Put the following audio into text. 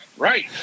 Right